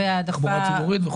תחבורה ציבורית,